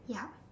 yup